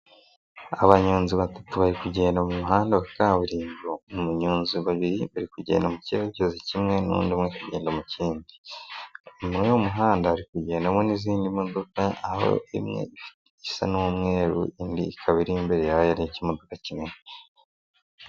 Abanyonzi batatu bari kugenda mu muhanda kaburimbo, abanyonzi babiri bari kugenda mu cyerekezo kimwe n'undi umwe kugenda mu kindi, muri uyu muhanda hari kugendamo n'izindi modoka aho isa n'umweru indi ikaba iri imbere yayo ni ikimu kinini.